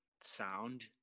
sound